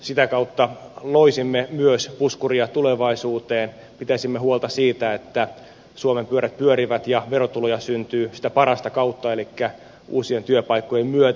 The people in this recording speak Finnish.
sitä kautta loisimme myös puskuria tulevaisuuteen pitäisimme huolta siitä että suomen pyörät pyörivät ja verotuloja syntyy sitä parasta kautta elikkä uusien työpaikkojen myötä